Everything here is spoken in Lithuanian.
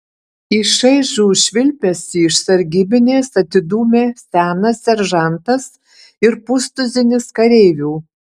į šaižų švilpesį iš sargybinės atidūmė senas seržantas ir pustuzinis kareivių